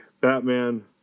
Batman